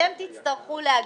אתם תצטרכו להגיש.